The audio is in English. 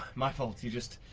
my fault. you just,